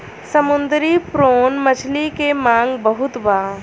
समुंदरी प्रोन मछली के मांग बहुत बा